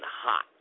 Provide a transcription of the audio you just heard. hot